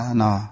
no